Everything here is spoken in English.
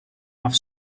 off